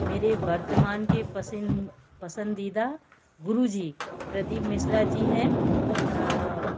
मेरे वर्तमान के पसंद पसंदीदा गुरुजी प्रदीप मिश्रा जी हैं